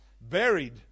Buried